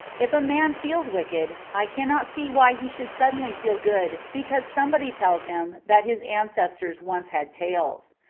if a man feels wicked, i cannot see why he should suddenly feel good because somebody tells him that his ancestors once had tails.